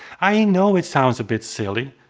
i know it sounds a bit silly,